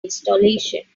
installation